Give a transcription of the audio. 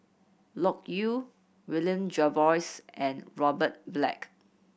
Loke Yew William Jervois and Robert Black